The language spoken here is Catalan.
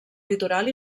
litoral